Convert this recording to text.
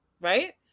right